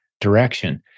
direction